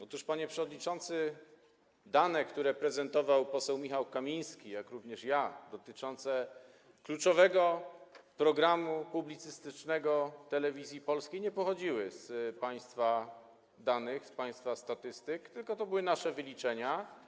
Otóż, panie przewodniczący, dane, które prezentował poseł Michał Kamiński, jak również ja, dotyczące kluczowego programu publicystycznego Telewizji Polskiej, nie pochodziły z państwa statystyk, to były nasze wyliczenia.